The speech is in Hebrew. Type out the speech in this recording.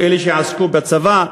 אלה שעסקו בצבא,